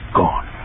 gone